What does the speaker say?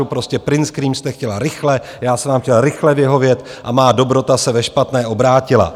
Prostě print screen jste chtěla rychle, já jsem vám chtěl rychle vyhovět a má dobrota se ve špatné obrátila.